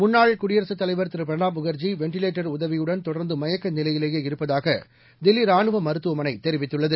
முன்னாள் குடியரகத் தலைவர் திரு பிரணாப் முக்ஜி வெண்டிலேட்டர் உதவியுடன் தொடர்ந்து மயக்க நிலையிலேயே இருப்பதாக தில்லி ராணுவ மருத்துவமனை தெரிவித்துள்ளது